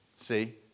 See